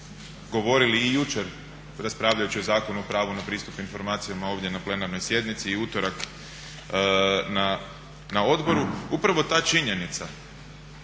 govorili i jučer raspravljajući o Zakonu o pravu na pristup informacijama ovdje na plenarnoj sjednici i utorak na odboru, upravo ta činjenica